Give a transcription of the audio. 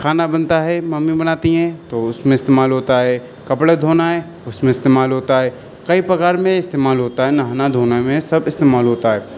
کھانا بنتا ہے ممی بناتی ہیں تو اس میں استعمال ہوتا ہے کپڑے دھونا ہے اس میں استعمال ہوتا ہے کئی پرکار میں استعمال ہوتا ہے نہانا دھونا میں سب استعمال ہوتا ہے